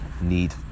need